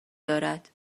دارد